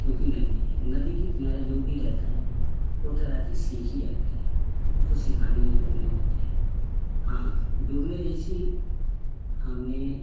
क्योंकि नदी है नदी के किनारे जो भी रहता है वो तैराकी सीख ही जाता है उसको सिखाने की जरुरत नहीं होती हाँ डूबने जैसी हमने